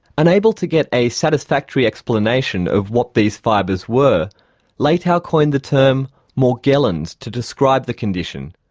unable to get a satisfactory explanation of what these fibres were leitao coined the term morgellons to describe the condition,